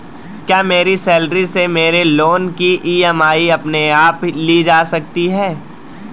क्या मेरी सैलरी से मेरे लोंन की ई.एम.आई अपने आप ली जा सकती है?